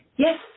Yes